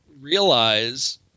realize